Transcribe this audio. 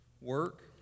work